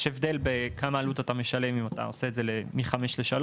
יש הבדל בכמה עלות אתה משלם אם אתה עושה את זה מ-5 ל-3,